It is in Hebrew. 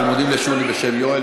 אנחנו מודים לשולי וליואל.